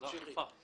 זה אכיפה.